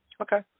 Okay